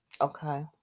Okay